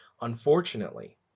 Unfortunately